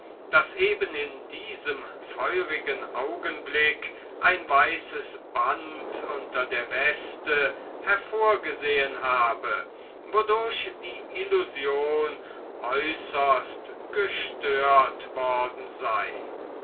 daß eben in diesem feurigen augenblick ein weißes band unter der weste hervorgesehen habe wodurch die illusion äußerst gestört worden sei